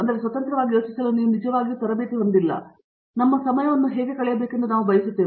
ಆದ್ದರಿಂದ ಸ್ವತಂತ್ರವಾಗಿ ಯೋಚಿಸಲು ನಾವು ನಿಜವಾಗಿಯೂ ತರಬೇತಿ ಹೊಂದಿಲ್ಲ ನಮ್ಮ ಸಮಯವನ್ನು ಹೇಗೆ ಕಳೆಯಬೇಕೆಂದು ನಾವು ಬಯಸುತ್ತೇವೆ